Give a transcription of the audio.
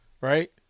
right